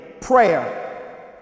prayer